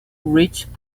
reached